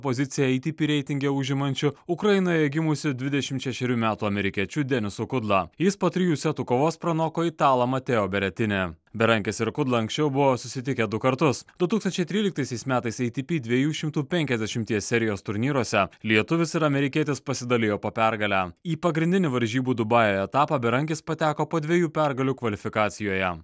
poziciją ei ti pi reitinge užimančiu ukrainoje gimusiu dvidešimt šešerių metų amerikiečiu denisu kudla jis po trijų setų kovos pranoko italą mateo beretinę berankis ir kudla anksčiau buvo susitikę du kartus du tūkstančiai tryliktaisiais metais ei ti pi dviejų šimtų penkiasdešimties serijos turnyruose lietuvis ir amerikietis pasidalijo po pergalę į pagrindinį varžybų dubajuje etapą berankis pateko po dviejų pergalių kvalifikacijoje